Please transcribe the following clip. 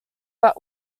but